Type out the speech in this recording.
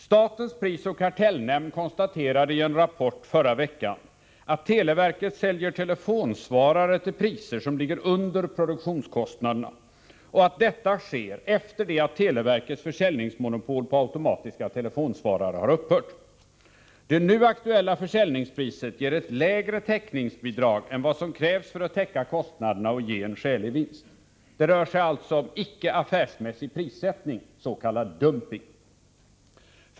Statens prisoch kartellnämnd konstaterade i en rapport i förra veckan att televerket säljer telefonsvarare till priser som ligger under produktionskostnaderna och att detta sker sedan televerkets försäljningsmonopol på automatiska telefonsvarare upphört. Det nu aktuella försäljningspriset ger ett lägre täckningsbidrag än vad som krävs för att täcka kostnaderna och ge en skälig vinst. Det rör sig alltså om icke affärsmässig prissättning, s.k. dumping.